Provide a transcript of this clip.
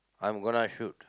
I'm gonna shoot